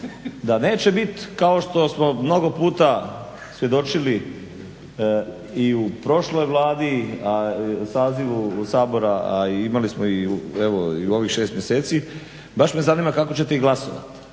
da neće biti kao što smo mnogo puta svjedočili i u prošloj Vladi, sazivu Sabora a imali smo evo i u ovih 6 mjeseci. Baš me zanima kako ćete i glasovati.